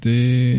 Day